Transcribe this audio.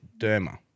derma